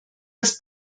das